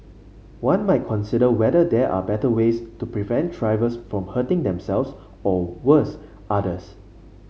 one might consider whether there are better ways to prevent drivers from hurting themselves or worse others